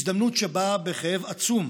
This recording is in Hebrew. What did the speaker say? הזדמנות שבאה בכאב עצום,